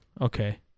Okay